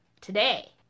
today